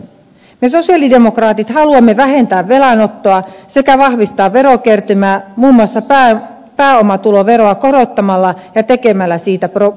me sosialidemokraatit haluamme vähentää velanottoa sekä vahvistaa verokertymää muun muassa pääomatuloveroa korottamalla ja tekemällä siitä progressiivisen